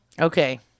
Okay